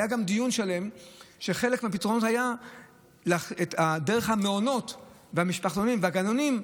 היה גם דיון שלם שחלק מהפתרון היה דרך המעונות והמשפחתונים והגנונים,